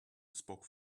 spoke